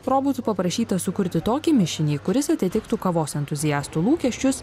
robotų paprašyta sukurti tokį mišinį kuris atitiktų kavos entuziastų lūkesčius